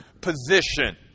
position